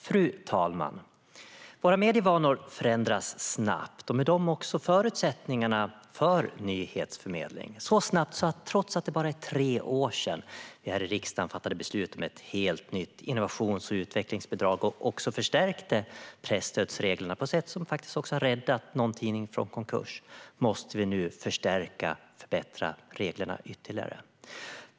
Fru talman! Våra medievanor förändras snabbt och med dem också förutsättningarna för nyhetsförmedling - så snabbt att trots att det bara är tre år sedan vi här i riksdagen fattade beslut om ett helt nytt innovations och utvecklingsbidrag och också förstärkte presstödsreglerna på ett sätt som faktiskt har räddat någon tidning från konkurs måste vi nu förstärka och förbättra reglerna ytterligare.